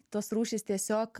tos rūšys tiesiog